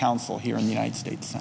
counsel here in the united states